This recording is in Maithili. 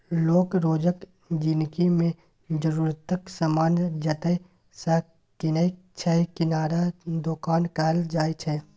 लोक रोजक जिनगी मे जरुरतक समान जतय सँ कीनय छै किराना दोकान कहल जाइ छै